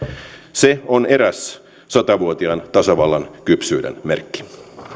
se on eräs sata vuotiaan tasavallan kypsyyden merkki